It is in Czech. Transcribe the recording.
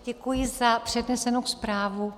Děkuji za přednesenou zprávu.